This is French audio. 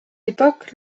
époque